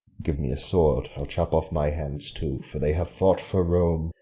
give me a sword, i'll chop off my hands too, for they have fought for rome,